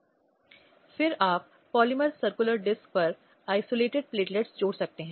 इसलिए चाहे वह माता पिता हों या दादा दादी या परिवार में अन्य कोई और उनकी बहुत महत्वपूर्ण भूमिका है